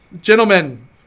Gentlemen